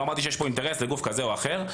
לא אמרתי שיש פה אינטרס לגוף כזה או אחר.